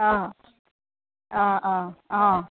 অঁ অঁ অঁ অঁ